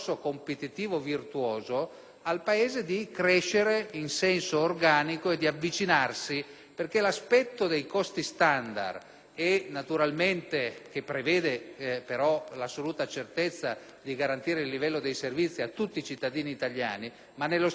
virtuoso, di crescere in senso organico e di avvicinarsi. Credo che l'aspetto dei costi standard, che prevede però l'assoluta certezza di garantire il livello dei servizi a tutti i cittadini italiani, ma al tempo stesso di creare quell'elemento